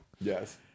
Yes